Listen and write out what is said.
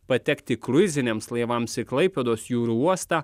patekti kruiziniams laivams į klaipėdos jūrų uostą